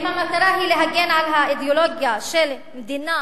אם המטרה היא להגן על האידיאולוגיה של המדינה